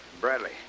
Bradley